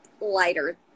lighter